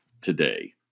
today